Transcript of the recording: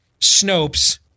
Snopes